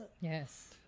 Yes